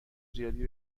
زیادی